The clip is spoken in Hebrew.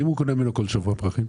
ואם הוא קונה ממנו כל שבוע פרחים?